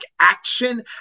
action